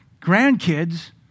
grandkids